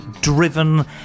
driven